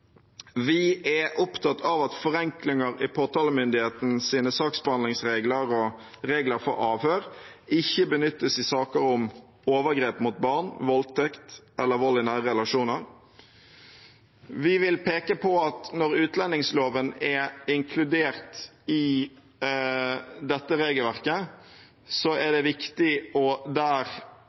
Vi er opptatt av at forenklinger i påtalemyndighetenes saksbehandlingsregler og regler for avhør ikke benyttes i saker om overgrep mot barn, voldtekt eller vold i nære relasjoner. Vi vil peke på at når utlendingsloven er inkludert i dette regelverket, er det viktig der